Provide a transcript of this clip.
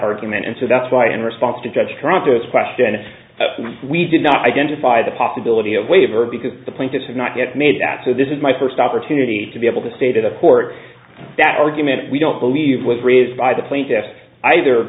argument and so that's why in response to judge drunkard's question we did not identify the possibility of a waiver because the plaintiffs have not yet made that so this is my first opportunity to be able to say to the court that argument we don't believe was raised by the plaintiffs either